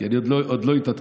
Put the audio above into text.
כי אני עוד לא התעדכנתי.